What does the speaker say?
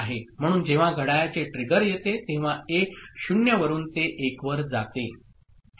म्हणून जेव्हा घड्याळाचे ट्रिगर येते तेव्हा ए 0 वरून ते 1 वर जाते